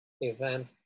event